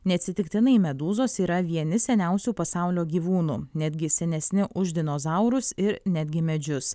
neatsitiktinai medūzos yra vieni seniausių pasaulio gyvūnų netgi senesni už dinozaurus ir netgi medžius